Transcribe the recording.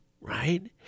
right